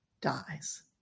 dies